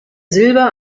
silber